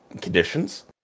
conditions